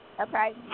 okay